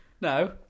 No